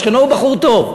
שכנו הוא בחור טוב.